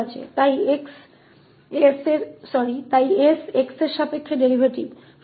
अतः x के सापेक्ष अवकलज